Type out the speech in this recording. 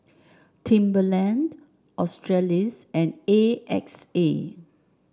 Timberland Australis and A X A